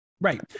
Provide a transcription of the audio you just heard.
Right